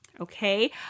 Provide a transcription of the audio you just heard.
okay